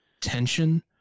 tension